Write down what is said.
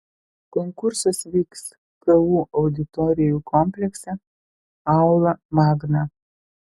konkursas vyks ku auditorijų komplekse aula magna